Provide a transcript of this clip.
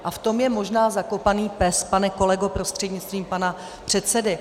A v tom je možná zakopaný pes, pane kolego prostřednictvím pana předsedy.